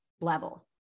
level